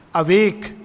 awake